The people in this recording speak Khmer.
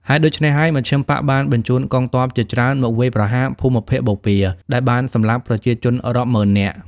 ហេតុដូច្នេះហើយ មជ្ឈិមបក្សបានបញ្ជូនកងទ័ពជាច្រើនមកវាយប្រហារភូមិភាគបូព៌ា ដែលបានសម្លាប់ប្រជាជនរាប់ម៉ឺន នាក់។